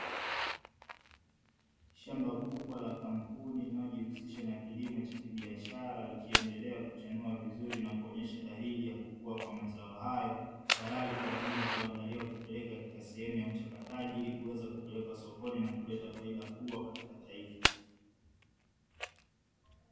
Shamba kubwa la kampuni linalojihusisha na kilimo cha kibiashara, likiendelea kuchanua vizuri na kuonyesha dalili ya kukua kwa mazao hayo, tayari kwa ajili ya kuandaliwa kupelekwa kwenye sehemu ya uchakataji ili kuweza kupelekwa sokoni na kuleta faida kubwa katika taifa.